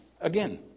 Again